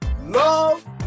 Love